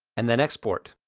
and then export.